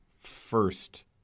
first